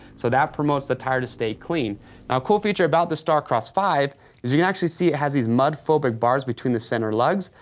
so that promotes the tire to stay clean. now, a cool feature about the starcross five is you can actually see it has these mud-phobic bars between the center lugs.